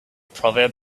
proverb